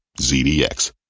ZDX